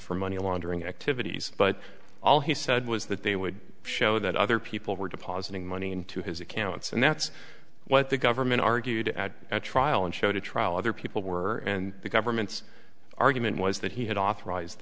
for money laundering activities but all he said was that they would show that other people were depositing money into his accounts and that's what the government argued at trial and showed a trial other people were and the government's argument was that he had authorized